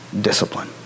discipline